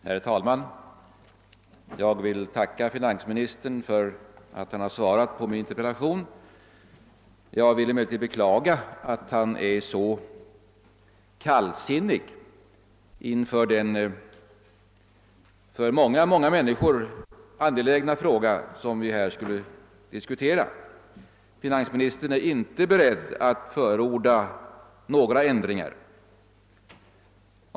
Herr talman! Jag vill tacka finansministern för svaret på min interpellation. Jag beklagar dock att han är så kallsinnig till den för många människor så angelägna fråga som vi här skall diskutera. Finansministern är inte beredd att förorda några ändringar.